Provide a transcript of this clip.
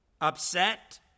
upset